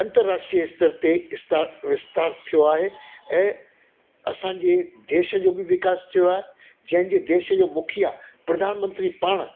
अंतराष्ट्रीय स्तर ते इस्तार विस्तार थियो आहे ऐं असांजे देश जो बि विकास थियो आहे जंहिंजे देश जो मुखिया प्रधानमंत्री पाण